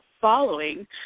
following